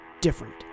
different